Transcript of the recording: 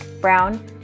Brown